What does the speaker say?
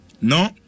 no